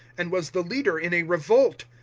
and was the leader in a revolt.